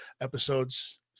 episodes